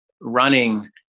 running